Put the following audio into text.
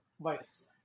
virus